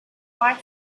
white